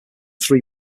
three